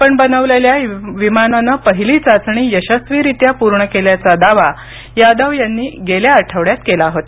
आपण बनवलेल्या विमानानं पहिली चाचणी यशस्वीरित्या पूर्ण केल्याचा दावा यादव यांनी गेल्या आठवड्यात केला होता